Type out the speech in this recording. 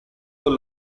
con